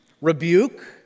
rebuke